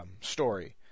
story